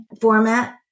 format